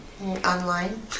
Online